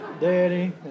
Daddy